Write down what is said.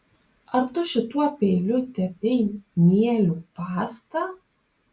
ar tu šituo peiliu tepei mielių pastą